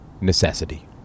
necessity